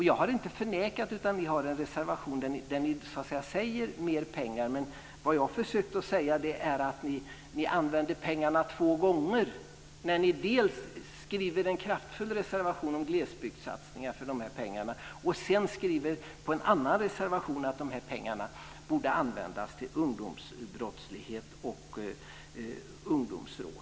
Jag har inte förnekat att ni har en reservation där ni föreslår mer pengar, men vad jag försökte säga var att ni använder pengarna två gånger. Ni skriver dels en kraftfull reservation om glesbygdssatsningar för de här pengarna, dels en annan reservation om att pengarna borde användas för att bekämpa ungdomsbrottslighet och ungdomsrån.